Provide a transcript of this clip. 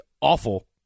awful